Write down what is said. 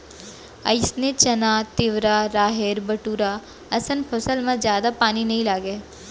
अइसने चना, तिंवरा, राहेर, बटूरा असन फसल म जादा पानी नइ लागय